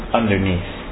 underneath